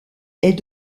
est